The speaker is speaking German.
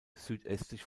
südöstlich